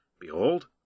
Behold